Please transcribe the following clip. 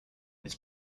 its